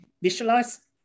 visualize